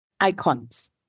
icons